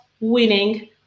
winning